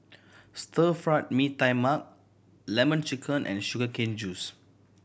Stir Fry Mee Tai Mak Lemon Chicken and sugar cane juice